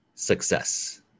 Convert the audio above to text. success